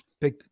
Big